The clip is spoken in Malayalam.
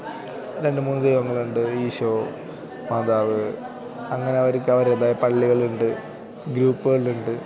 രണ്ട് മൂന്ന് ദൈവങ്ങളുണ്ട് ഈശോ മാതാവ് അങ്ങനെ അവർക്ക് അവരുടേതായ പള്ളികളുണ്ട് ഗ്രൂപ്പുകളുണ്ട്